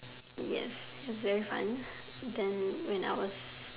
yes is very fun then when I was